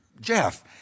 Jeff